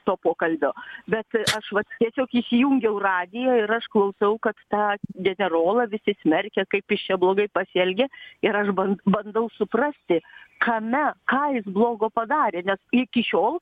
to pokalbio bet aš vat tiesiog įsijungiau radiją ir aš klausau kad tą generolą visi smerkia kaip jis čia blogai pasielgė ir aš band bandau suprasti kame ką jis blogo padarė nes iki šiol